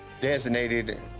designated